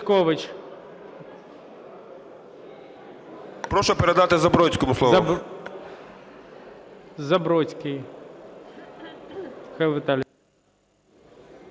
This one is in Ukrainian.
Прошу передати Забродському слово.